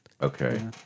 Okay